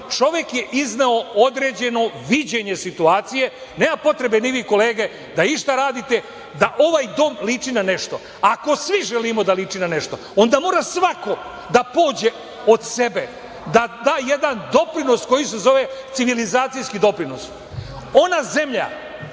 Čovek je izneo određeno viđenje situacije, nema potrebe ni vi kolege da išta radite, da ovaj Dom liči na nešto. Ako svi želimo da liči na nešto, onda mora svako da pođe od sebe da da jedan doprinos koji se zove civilizacijski doprinos. Ona zemlja